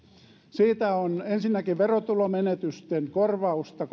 siitä on ensinnäkin verotulomenetysten korvausta